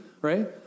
right